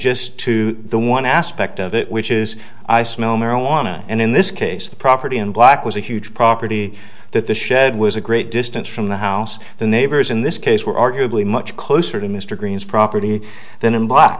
just to the one aspect of it which is i smell marijuana and in this case the property in black was a huge property that the shed was a great distance from the house the neighbors in this case were arguably much closer to mr green's property than him b